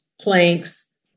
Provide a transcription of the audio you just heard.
planks